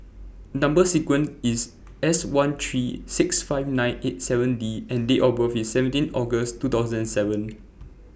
Number sequence IS S one three six five nine eight seven D and Date of birth IS seventeen August two thousand and seven